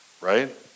Right